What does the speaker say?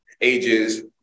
ages